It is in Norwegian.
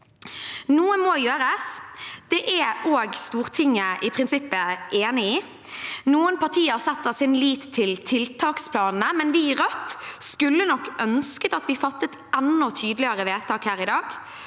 Noe må gjøres. Det er også Stortinget i prinsippet enig i. Noen partier setter sin lit til tiltaksplanene, men vi i Rødt skulle nok ønsket at vi fattet enda tydeligere vedtak her i dag,